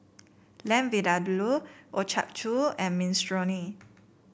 Lamb Vindaloo Ochazuke and Minestrone